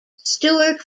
stuart